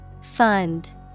Fund